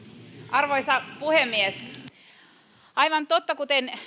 arvoisa puhemies aivan totta kuten